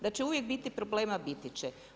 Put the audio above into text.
Da će uvijek biti problema, biti će.